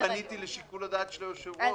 אני פניתי לשיקול הדעת של היושב-ראש.